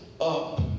up